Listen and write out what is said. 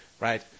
right